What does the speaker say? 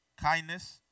Kindness